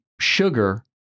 sugar